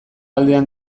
aldean